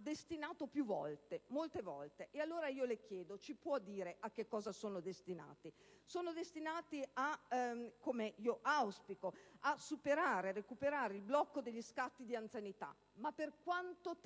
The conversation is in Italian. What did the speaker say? destinate molte volte. Allora io le chiedo: ci può dire a che cosa sono destinate? Sono destinate - come io auspico - a recuperare il blocco degli scatti di anzianità? Ma per quanto durerà?